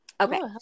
Okay